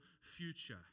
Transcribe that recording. future